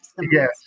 yes